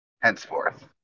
henceforth